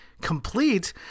complete